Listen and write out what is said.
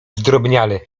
zdrobniale